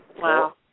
Wow